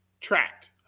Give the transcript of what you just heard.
tracked